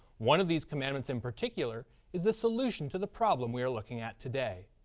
one of these commandments in particular is the solution to the problem we are looking at today.